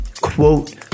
quote